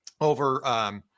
over